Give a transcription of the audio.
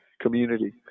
community